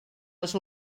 els